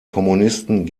kommunisten